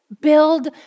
Build